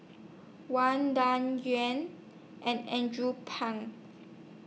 Wang Dayuan and Andrew Phang